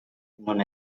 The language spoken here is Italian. non